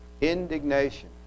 Indignation